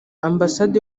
ambasade